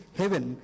heaven